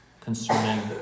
concerning